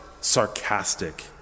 sarcastic